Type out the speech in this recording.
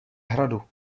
hradu